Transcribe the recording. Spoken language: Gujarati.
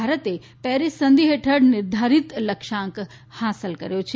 ભારતે પેરિસ સંધિ હેઠળ નિર્ધારીત લક્ષ્યાંક હાંસલ કર્યો છે